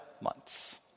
months